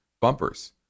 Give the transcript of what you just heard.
bumpers